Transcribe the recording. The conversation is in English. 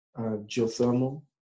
geothermal